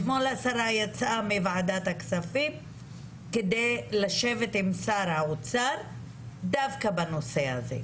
אתמול השרה יצאה מוועדת הכספים כדי לשבת עם שר האוצר דווקא בנושא הזה.